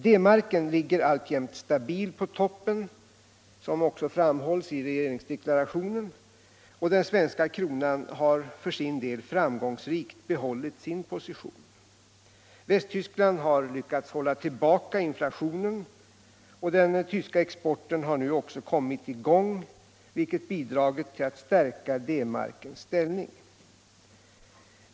D-marken ligger alltjämt stabilt på toppen, som också framhålls i regeringsdeklarationen, och den svenska kronan har framgångsrikt behållit sin position. Västtyskland har lyckats hålla tillbaka inflationen, och den tyska exporten har nu också kommit i gång, vilket bidragit till att stärka D-markens ställning.